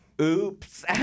Oops